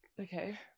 Okay